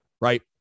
right